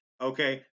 Okay